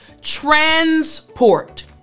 transport